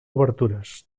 obertures